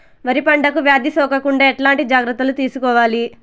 వరి పంటకు వ్యాధి సోకకుండా ఎట్లాంటి జాగ్రత్తలు తీసుకోవాలి?